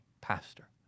pastor